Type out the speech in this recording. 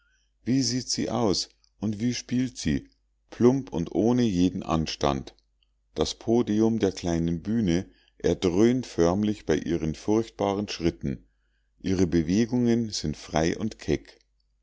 wie sieht sie aus und wie spielt sie plump ohne jeden anstand das podium der kleinen bühne erdröhnt förmlich bei ihren furchtbaren schritten ihre bewegungen sind frei und keck